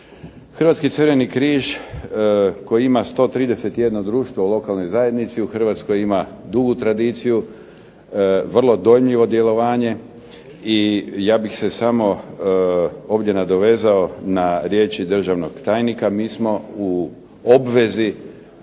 Hrvatski crveni križ koji ima 131 društvo u lokalnoj zajednici u Hrvatskoj ima dugu tradiciju, vrlo dojmljivo djelovanje i ja bih se samo ovdje nadovezao na riječi državnog tajnika. Mi smo u obvezi